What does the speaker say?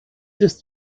ist